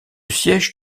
siège